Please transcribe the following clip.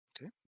Okay